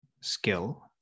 skill